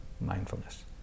mindfulness